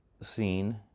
scene